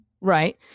Right